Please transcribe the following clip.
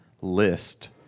list